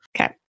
Okay